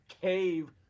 cave